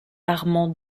armand